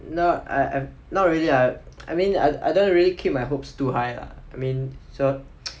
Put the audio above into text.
no I I not really uh I I mean I don't want to really keep my hopes too high lah I mean so